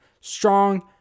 Strong